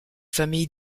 famille